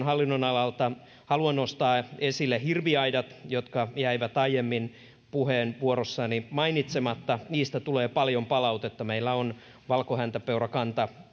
hallinnonalalta haluan nostaa esille hirviaidat jotka jäivät aiemmin puheenvuorossani mainitsematta niistä tulee paljon palautetta meillä on valkohäntäpeurakanta